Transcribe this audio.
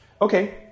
Okay